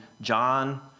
John